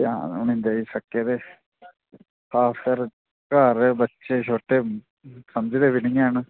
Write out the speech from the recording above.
ध्यान निं देई सकै ते आं फिर सारे बच्चे छोटे समझदे किश निं हैन